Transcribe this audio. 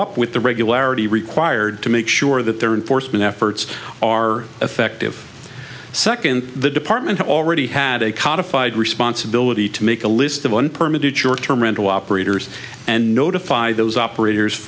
up with the regularity required to make sure that their enforcement efforts are effective second the department already had a cough responsibility to make a list of one permitted short term rental operators and notify those operators